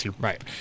Right